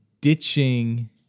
ditching